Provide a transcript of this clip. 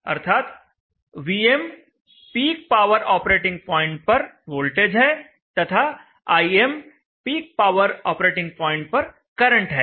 अर्थात Vm peak power operating point पर voltage है तथा Im peak power operating point पर करंट है